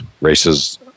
races